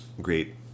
great